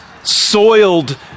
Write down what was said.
soiled